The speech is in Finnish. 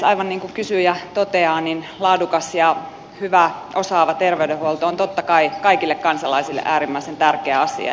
aivan niin kuin kysyjä toteaa laadukas ja hyvä osaava terveydenhuolto on totta kai kaikille kansalaisille äärimmäisen tärkeä asia